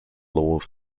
laws